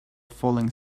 falling